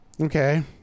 Okay